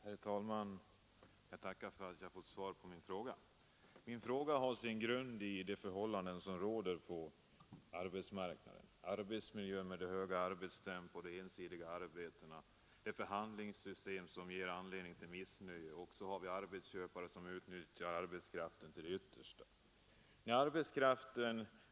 Herr talman! Jag tackar för att jag har fått svar på min fråga. Min fråga har sin grund i de förhållanden som råder på arbetsmarknaden — arbetsmiljön med högt arbetstempo och ensidiga arbeten, ett förhandlingssystem som ger anledning till missnöje och arbetsköpare som utnyttjar arbetskraften till det yttersta.